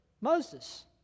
Moses